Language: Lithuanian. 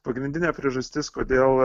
pagrindinė priežastis kodėl